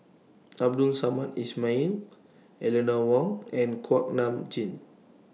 Abdul Samad Ismail Eleanor Wong and Kuak Nam Jin